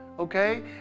Okay